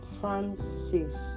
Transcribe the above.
Francis